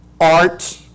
art